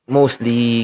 mostly